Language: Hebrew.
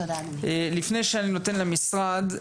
לפני שאני נותן למשרד,